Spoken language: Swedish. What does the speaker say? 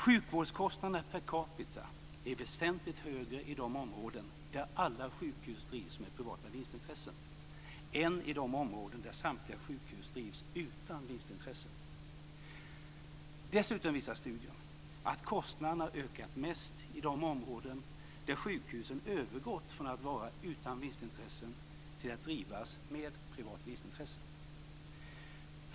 Sjukvårdskostnaderna per capita är väsentligt högre i de områden där alla sjukhus drivs med privata vinstintressen än i de områden där samtliga sjukhus drivs utan vinstintressen. Dessutom visar studien att kostnaderna ökat mest i de områden där sjukhusen övergått från att vara utan vinstintressen till att drivas med privat vinstintresse.